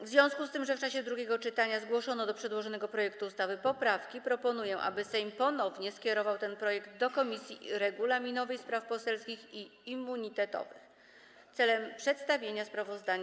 W związku z tym, że w czasie drugiego czytania zgłoszono do przedłożonego projektu ustawy poprawki, proponuję, aby Sejm ponownie skierował ten projekt do Komisji Regulaminowej, Spraw Poselskich i Immunitetowych celem przedstawienia sprawozdania.